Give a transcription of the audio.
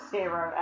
Zero